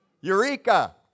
eureka